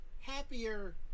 happier